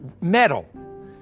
metal